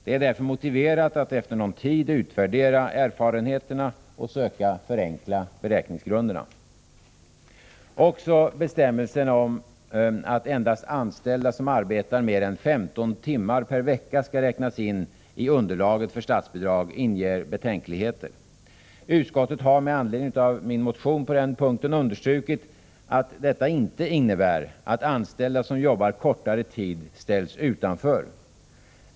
Det är därför motiverat att efter någon tid utvärdera erfarenheterna och söka förenkla beräkningsgrunderna. Också bestämmelsen om att endast anställda som arbetar mer än 15 timmar per vecka skall räknas in i underlaget för statsbidrag inger betänkligheter. Utskottet har med anledning av min motion på den punkten understrukit, att detta inte innebär att anställda som jobbar kortare tid ställs utanför.